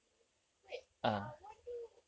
oo wait ah wagyu